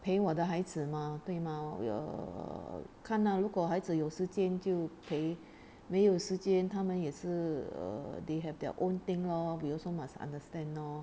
陪我的孩子吗对吗 err 看哪如果孩子有时间就陪没有时间他们也是 err they have their own thing lor we also must understand lor